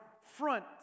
front